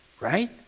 right